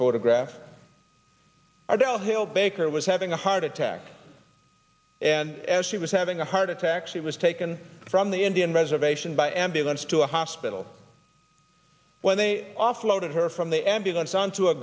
photographs are the hill baker was having a heart attack and as she was having a heart attack she was taken from the indian reservation by ambulance to a hospital where they offloaded her from the ambulance onto a